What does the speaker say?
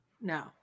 No